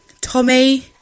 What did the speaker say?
Tommy